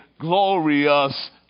glorious